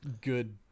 good